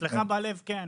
אצלך בלב, כן.